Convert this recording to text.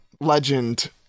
Legend